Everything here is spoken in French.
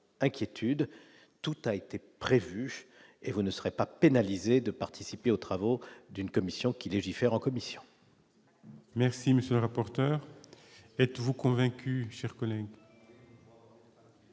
inquiétude, tout a été prévu et vous ne serez pas pénalisé de participer aux travaux d'une commission qui légifère en commission. Merci, monsieur le rapporteur, êtes-vous convaincu que je